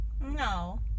no